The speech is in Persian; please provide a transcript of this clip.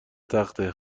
تخته